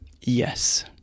Yes